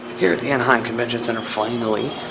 here at the anaheim convention center finally,